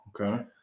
Okay